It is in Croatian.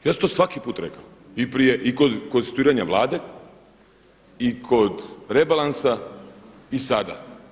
Ja sam to svaki put rekao i prije kod konstituiranja Vlade, i kod rebalansa i sada.